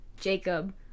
Jacob